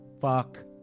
Fuck